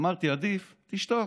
אמרתי: עדיף שתשתוק.